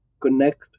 connect